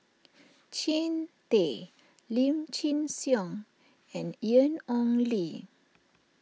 Jean Tay Lim Chin Siong and Ian Ong Li